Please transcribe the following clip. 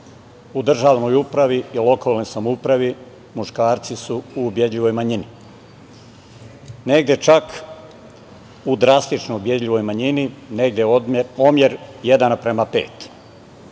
u državnoj upravi i lokalnoj samoupravi muškarci su u ubedljivoj manjini. Negde čak u drastično ubedljivoj manjini, negde je odnos jedan